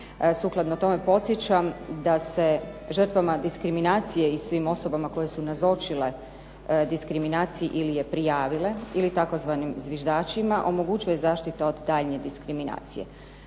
Sukladno tome podsjećam da se žrtvama diskriminacije i svim osobama koje su nazočile diskriminacije ili je prijavile ili tzv. zviždačima, omogućuje zaštita od daljnje diskriminacije.